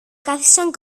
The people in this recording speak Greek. κάθισαν